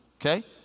okay